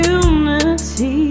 unity